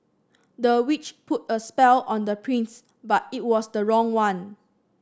the witch put a spell on the prince but it was the wrong one